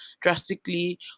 drastically